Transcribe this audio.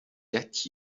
get